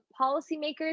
policymakers